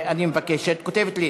אני מבקשת, את כותבת לי: